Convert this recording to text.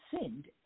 sinned